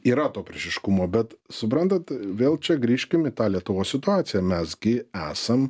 yra to priešiškumo bet suprantat vėl čia grįžkim į tą lietuvos situaciją mes gi esam